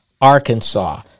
Arkansas